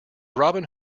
robin